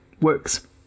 works